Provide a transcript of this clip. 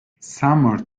summer